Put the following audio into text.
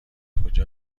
کجا